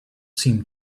seemed